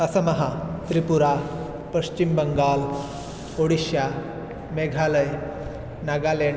असमः Tripura Paschimbangal Odisha Meghalaya Nagaland